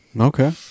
Okay